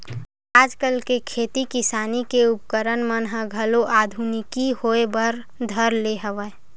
आजकल के खेती किसानी के उपकरन मन ह घलो आधुनिकी होय बर धर ले हवय